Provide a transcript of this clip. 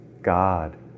God